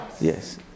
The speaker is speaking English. Yes